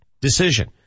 decision